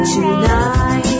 Tonight